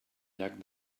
llac